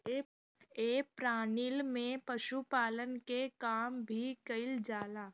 ए प्रणाली में पशुपालन के काम भी कईल जाला